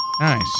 Nice